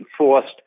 enforced